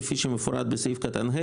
כפי שמפורט בסעיף קטן (ה),